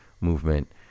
movement